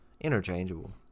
interchangeable